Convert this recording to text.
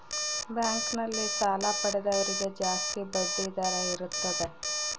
bank ನಲ್ಲಿ ಸಾಲ ಪಡೆದವರಿಗೆ ಜಾಸ್ತಿ ಬಡ್ಡಿ ದರ ಇರುತ್ತದೆ